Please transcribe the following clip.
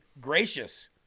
gracious